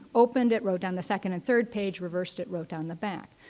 opened it, wrote on the second and third page, reversed it, wrote on the back.